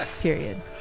Period